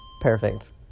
Perfect